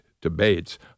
debates